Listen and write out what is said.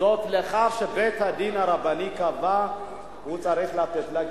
זאת לאחר שבית-הדין הרבני קבע שהוא צריך לתת לה גט.